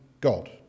God